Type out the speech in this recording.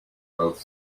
both